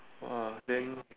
!wah! then